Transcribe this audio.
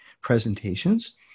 presentations